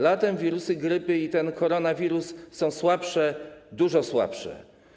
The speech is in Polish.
Latem wirusy grypy i ten koronawirus są słabsze, dużo słabsze.